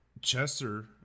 Chester